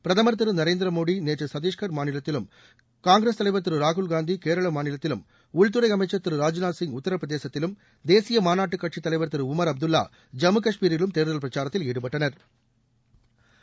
பிரதம் திரு நரேந்திரமோடி நேற்று சத்தீஷ்கட் மாநிலத்திலும் காங்கிரஸ் தலைவர் திரு ராகுல் காந்தி கேரள மாநிலத்திலும் உள்துறை அமைச்சர் திரு ராஜ்நாத் சிங் உத்திரபிரதேசத்திலும் தேசிய மாநாட்டு கட்சித் தலைவா் திரு உண் அப்துல்லா ஜம்மு கஷ்மீரிலும் தோ்தல் பிரச்சாரத்தில் ஈடுபட்டனா்